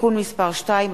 (תיקון מס' 2),